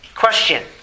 Question